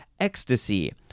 Ecstasy